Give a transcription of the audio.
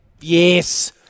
Yes